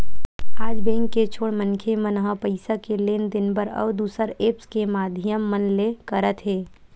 आज बेंक के छोड़ मनखे मन ह पइसा के लेन देन बर अउ दुसर ऐप्स के माधियम मन ले करत हे